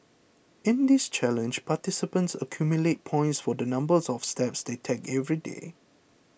in this challenge participants accumulate points for the numbers of steps they take every day